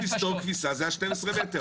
סגרו מסתור כביסה, זה ה-12 מטר.